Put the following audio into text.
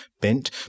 bent